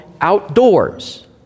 outdoors